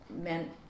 meant